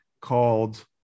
called